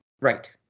Right